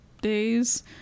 days